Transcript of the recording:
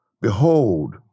Behold